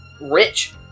rich